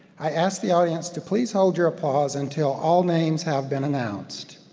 i ask the audience to please hold your applause until all names have been announced.